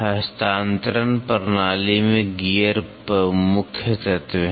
हस्तांतरण प्रणाली में गियर मुख्य तत्व हैं